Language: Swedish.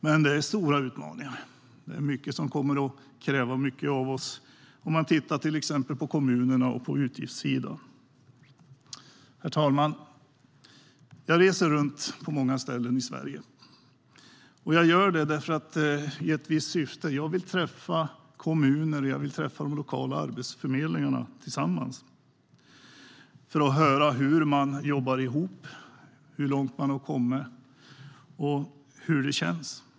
Men det finns stora utmaningar, och det är mycket som kommer att kräva mycket av oss om man tittar på till exempel kommunerna och utgiftssidan. Herr talman! Jag reser runt på många ställen i Sverige. Jag gör det i ett visst syfte: Jag vill träffa kommuner, och jag vill träffa de lokala arbetsförmedlingarna. Jag vill träffa dem tillsammans för att höra hur man jobbar ihop, hur långt man har kommit och hur det känns.